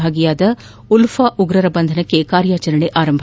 ಭಾಗಿಯಾದ ಉಲ್ಲಾ ಉಗ್ರರ ಬಂಧನಕ್ಕೆ ಕಾರ್ಯಾಚರಣೆ ಆರಂಭ